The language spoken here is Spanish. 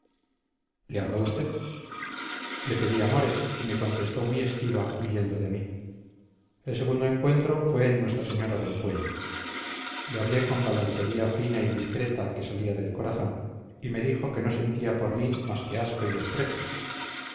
le habló usted le pedí amores y me contestó muy esquiva huyendo de mí el segundo encuentro fue en nuestra señora del pueyo le hablé con galantería fina y discreta que salía del corazón y me dijo que no sentía por mí más que asco y desprecio